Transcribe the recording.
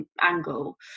angle